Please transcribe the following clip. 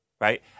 right